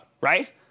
right